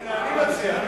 אני מציע.